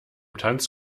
tanz